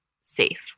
safe